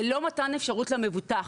ללא מתן אפשרות למבוטח,